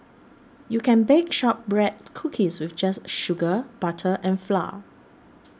you can bake Shortbread Cookies with just sugar butter and flour